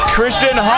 Christian